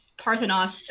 Parthenos